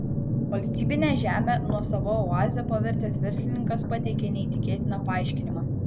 valstybinę žemę nuosava oaze pavertęs verslininkas pateikė neįtikėtiną paaiškinimą